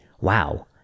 wow